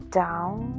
down